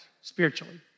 spiritually